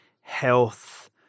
health